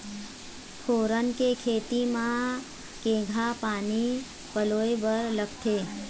फोरन के खेती म केघा पानी पलोए बर लागथे?